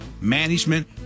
management